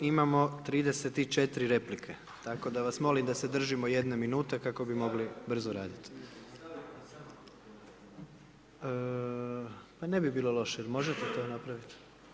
Imamo 34 replike tako da vas molim da se držimo jedne minute kako bi mogli brzo radit. … [[Upadica se ne čuje.]] Pa ne bi bilo loše, jer možete to napravit?